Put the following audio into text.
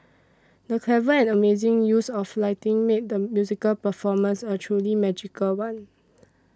the clever and amazing use of lighting made the musical performance a truly magical one